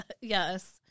Yes